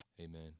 Amen